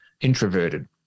introverted